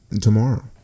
tomorrow